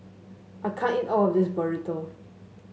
I can't eat all of this Burrito